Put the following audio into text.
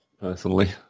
Personally